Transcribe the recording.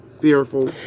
fearful